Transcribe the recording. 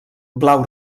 blau